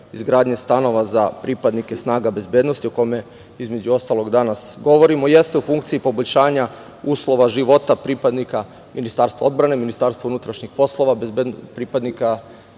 izgradnje stanova za pripadnike snaga bezbednosti, o kome između ostalog danas govorimo, jeste u funkciji poboljšanja uslova života pripadnika Ministarstva odbrane, MUP-a, pripadnika